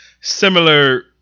similar